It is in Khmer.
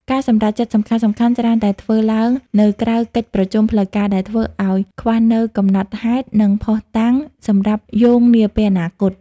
ការសម្រេចចិត្តសំខាន់ៗច្រើនតែធ្វើឡើងនៅក្រៅកិច្ចប្រជុំផ្លូវការ ដែលធ្វើឱ្យខ្វះនូវកំណត់ហេតុ និងភស្តុតាងសម្រាប់យោងនាពេលអនាគត។